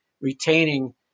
retaining